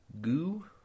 Goo